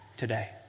Today